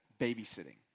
babysitting